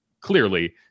clearly